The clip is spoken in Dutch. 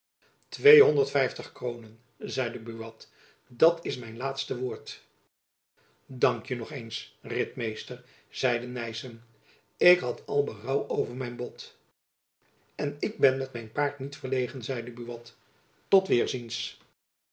tweehonderd vijftig kroonen zeide buat dat is mijn laatste woord dankje nog eens ritmeester zeide nyssen ik had al berouw over mijn bod en ik ben met mijn paard niet verlegen zeide buat tot weêrziens